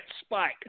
spike